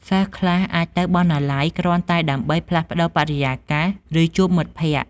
សិស្សខ្លះអាចទៅបណ្ណាល័យគ្រាន់តែដើម្បី ផ្លាស់ប្ដូរបរិយាកាស ឬជួបមិត្តភក្តិ។